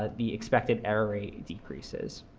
ah the expected error rate decreases.